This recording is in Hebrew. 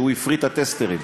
שהוא הפריט את הטסטרים.